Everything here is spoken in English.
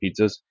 pizzas